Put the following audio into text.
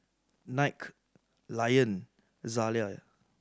Nike Lion Zalia